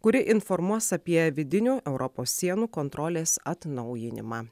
kuri informuos apie vidinių europos sienų kontrolės atnaujinimą